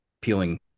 peeling